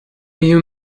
you